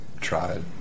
tried